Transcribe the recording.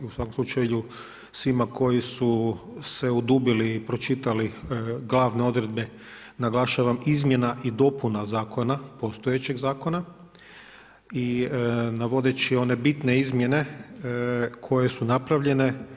U svakom slučaju svima koji su se udubili, pročitali glavne odredbe naglašavam izmjena i dopuna zakona, postojećeg zakona i navodeći one bitne izmjene koje su napravljene.